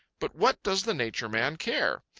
but what does the nature man care?